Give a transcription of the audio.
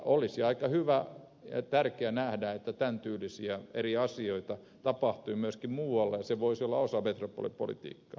olisi aika hyvä ja tärkeä nähdä että tämäntyylisiä eri asioita tapahtuu myöskin muualla ja se voisi olla osa metropolipolitiikkaa